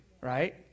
right